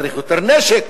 צריך יותר נשק,